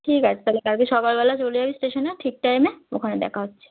ঠিক আছে তাহলে কালকে সকালবেলা চলে যাবি স্টেশনে ঠিক টাইমে ওখানে দেখা হচ্ছে